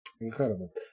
Incredible